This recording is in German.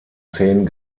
zehn